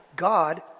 God